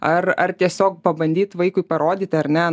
ar ar tiesiog pabandyt vaikui parodyti ar ne